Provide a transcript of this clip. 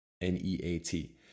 N-E-A-T